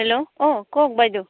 hello অঁ কওক বাইদেউ